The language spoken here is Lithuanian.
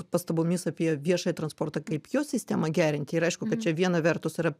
pastabomis apie viešąjį transportą kaip jo sistemą gerinti ir aišku kad čia viena vertus yra